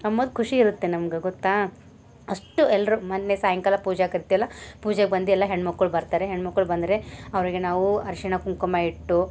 ಅಂಬುದು ಖುಷಿ ಇರುತ್ತೆ ನಮ್ಗೆ ಗೊತ್ತಾ ಅಷ್ಟು ಎಲ್ಲರೂ ಮೊನ್ನೆ ಸಾಯಂಕಾಲ ಪೂಜಾಗೆ ಕರಿತೀವಲ್ವಾ ಪೂಜೆಗೆ ಬಂದು ಎಲ್ಲ ಹೆಣ್ಣುಮಕ್ಳು ಬರ್ತಾರೆ ಹೆಣ್ಣು ಮಕ್ಕಳು ಬಂದರೆ ಅವರಿಗೆ ನಾವು ಅರಿಶಿಣ ಕುಂಕುಮ ಇಟ್ಟು